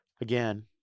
again